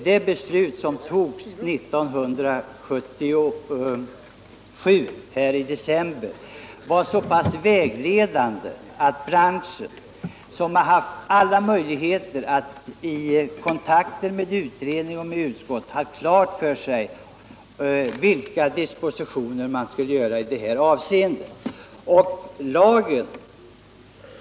Det beslut som fattades här i december 1977 var så pass vägledande att branschen dessutom har haft alla möjligheter att genom kontakter med utredning och utskott få klart för sig vilka dispositioner den skall företa i detta avseende.